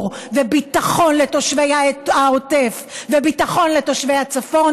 וביטחון לתושבי העוטף וביטחון לתושבי הצפון,